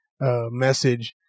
message